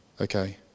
Okay